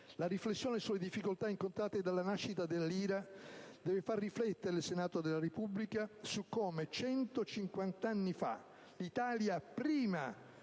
La riflessione sulle difficoltà incontrate nella nascita della lira deve far riflettere il Senato della Repubblica su come 150 anni fa l'Italia prima